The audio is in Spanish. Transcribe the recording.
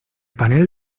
panel